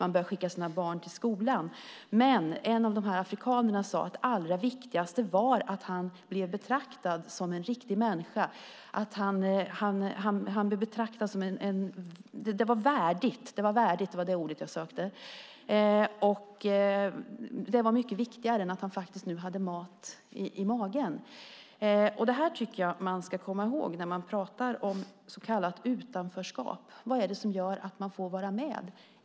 De började skicka sina barn till skolan. Men en av de afrikanerna sade att det allra viktigaste var att han blev betraktad som en riktig människa - att det var värdigt. Det var mycket viktigare än att han nu faktiskt hade mat i magen. Det tycker jag att man ska komma ihåg när man pratar om så kallat utanförskap. Vad är det som gör att man får vara med?